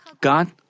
God